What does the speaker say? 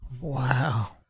wow